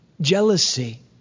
jealousy